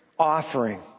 offering